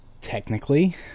Technically